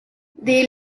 they